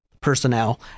personnel